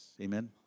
Amen